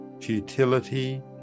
futility